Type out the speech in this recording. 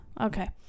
okay